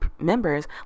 members